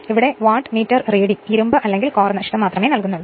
ഇവിടെ വാട്ട്മീറ്റർ വായന ഇരുമ്പ് അല്ലെങ്കിൽ കോർ നഷ്ടം മാത്രമേ നൽകുന്നുള്ളൂ